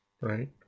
right